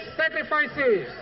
sacrifices